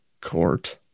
court